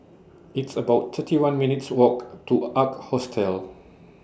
It's about thirty one minutes' Walk to Ark Hostel